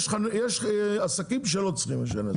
יש עסקים שלא צריכים רישוי עסקים.